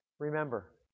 Remember